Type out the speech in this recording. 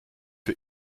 für